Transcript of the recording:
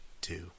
two